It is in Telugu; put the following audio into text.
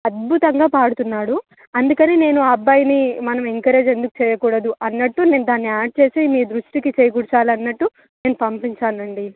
అద్భుతంగా పాడుతున్నాడు అందుకని నేను ఆ అబ్బాయిని మనం ఎంకరేజ్ ఎందుకు చేయకూడదు అన్నట్టు నేను దాన్ని యాడ్ చేసి మీ దృష్టికి చేకూర్చాలి అన్నట్టు నేను పంపించాను అండి